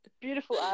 Beautiful